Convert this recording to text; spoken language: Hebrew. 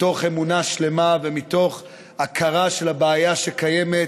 מתוך אמונה שלמה, ומתוך הכרה של הבעיה שקיימת